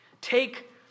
Take